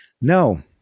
no